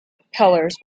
propellers